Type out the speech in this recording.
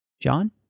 John